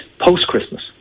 post-Christmas